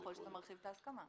ככל שאתה מרחיב את ההסכמה.